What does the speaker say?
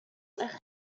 أخي